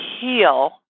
heal